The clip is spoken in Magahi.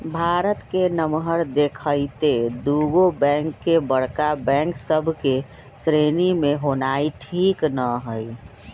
भारत के नमहर देखइते दुगो बैंक के बड़का बैंक सभ के श्रेणी में होनाइ ठीक न हइ